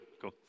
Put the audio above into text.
cool